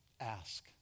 Ask